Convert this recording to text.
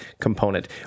component